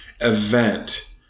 event